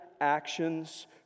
actions